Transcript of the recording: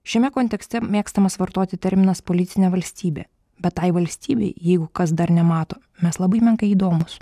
šiame kontekste mėgstamas vartoti terminas policinė valstybė bet tai valstybei jeigu kas dar nemato mes labai menkai įdomūs